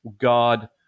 God